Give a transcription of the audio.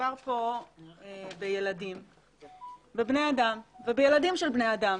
מדובר פה בילדים, בבני-אדם, ובילדים של בני-אדם,